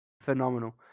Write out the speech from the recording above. phenomenal